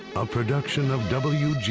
a production of wgbh.